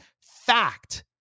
fact